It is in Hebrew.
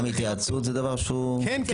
גם התייעצות זה דבר שהוא --- כן.